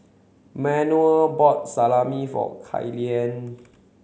Manuel bought Salami for Killian